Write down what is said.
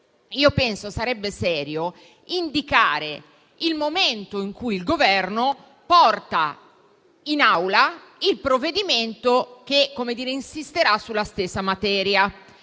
penso sarebbe serio indicare il momento in cui il Governo porta in Aula il provvedimento che insisterà sulla stessa materia.